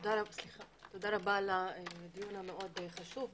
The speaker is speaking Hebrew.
תודה רבה על הדיון המאוד חשוב.